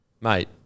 mate